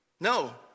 No